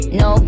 no